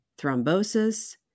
thrombosis